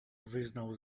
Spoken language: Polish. wyznał